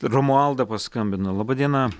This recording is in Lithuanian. romualda paskambino laba diena